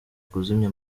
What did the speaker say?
kuzimya